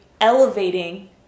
elevating